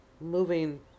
moving